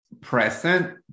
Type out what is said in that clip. present